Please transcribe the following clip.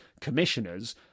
commissioners